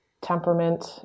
temperament